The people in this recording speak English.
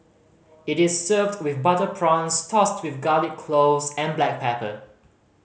it is served with butter prawns tossed with garlic cloves and black pepper